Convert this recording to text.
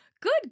Good